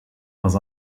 dans